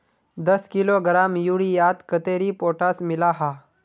दस किलोग्राम यूरियात कतेरी पोटास मिला हाँ?